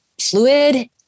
fluid